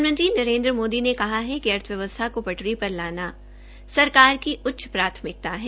प्रधानमंत्री नरेन्द्र मोदी ने कहा है कि अर्थव्यवस्था को पटरी लाना सरकार की उच्च प्राथमिकता है